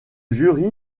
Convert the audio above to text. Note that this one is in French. jury